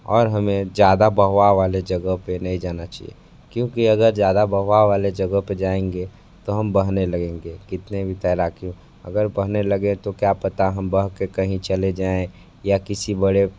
और हमें ज़्यादा बहाव वाले जगह पर नहीं जाना चाहिए क्योंकि अगर ज़्यादा बहाव वाले जगह पर जाएँगे तो हम बहने लगेंगे कितने भी तैराकी हो अगर बहने लगें तो क्या पता हम बह कर कहीं चले जाएँ या किसी बड़े